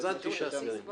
------ עד 8 סגנים בשכר.